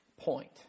point